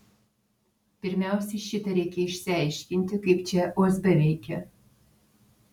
pirmiausiai šitą reikia išsiaiškinti kaip čia usb veikia